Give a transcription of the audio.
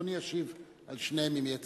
אדוני ישיב לשניהם, אם יהיה צורך.